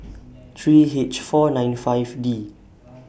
three H four nine five D